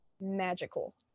magical